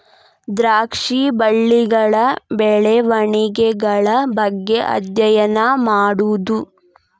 ದ್ರಾಕ್ಷಿ ಬಳ್ಳಿಗಳ ಬೆಳೆವಣಿಗೆಗಳ ಬಗ್ಗೆ ಅದ್ಯಯನಾ ಮಾಡುದು